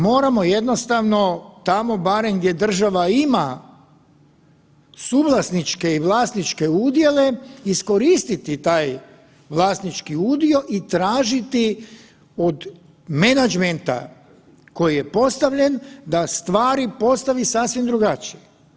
Moramo jednostavno tamo barem gdje država ima suvlasniče i vlasničke udjele iskoristiti taj vlasnički udio i tražiti od menadžmenta koji je postavljen da stvari postavi sasvim drugačije.